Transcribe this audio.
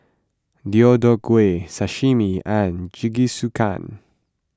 Deodeok Gui Sashimi and Jingisukan